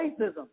racism